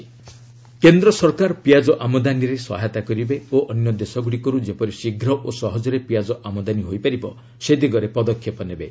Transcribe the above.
onion କେନ୍ଦ୍ର ସରକାର ପିଆଜ ଆମଦାନୀରେ ସହାୟତା କରିବେ ଓ ଅନ୍ୟ ଦେଶଗୁଡ଼ିକରୁ ଯେପରି ଶୀଘ୍ର ଓ ସହଜରେ ପିଆଜ ଆମଦାନୀ ହୋଇପାରିବ ସେ ଦିଗରେ ପଦକ୍ଷେପ ନେବେ